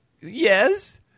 Yes